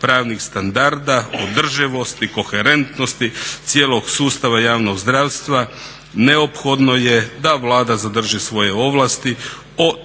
pravnih standarda, održivosti, koherentnosti cijelog sustava javnog zdravstva neophodno je da Vlada zadrži svoje ovlasti o